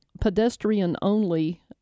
pedestrian-only